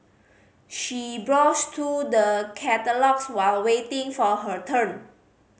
she browsed through the catalogues while waiting for her turn